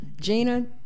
gina